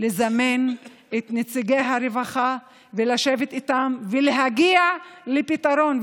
לזמן את נציגי הרווחה ולשבת איתם ולהגיע לפתרון.